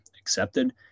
accepted